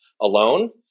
alone